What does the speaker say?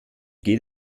geht